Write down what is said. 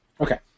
Okay